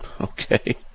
okay